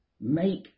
Make